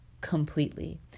completely